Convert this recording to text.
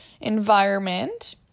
environment